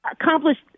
accomplished